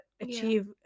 achieve